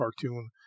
cartoon